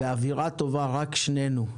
באווירה טובה, רק שנינו.